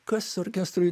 kas orkestrui